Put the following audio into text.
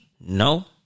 No